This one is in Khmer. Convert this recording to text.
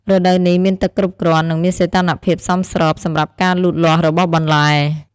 រដូវនេះមានទឹកគ្រប់គ្រាន់ និងមានសីតុណ្ហភាពសមស្របសម្រាប់ការលូតលាស់របស់បន្លែ។